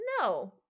no